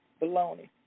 Bologna